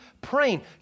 praying